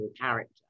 character